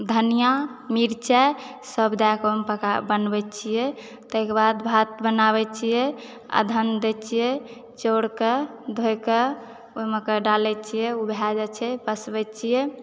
धनिआ मिरचाइसभ दयकऽ ओहिमऽ पका बनबैत छियै ताहिकऽ बाद भात बनाबैत छियै अदहन दैत छियै चाउरकऽ धोइकऽ ओहिमऽ डालैत छियै भै जाइ छै पसबैत छियै